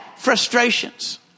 frustrations